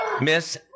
Miss